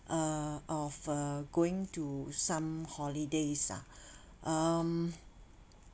uh of uh going to some holidays ah um